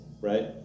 right